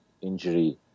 injury